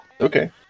Okay